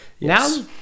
Now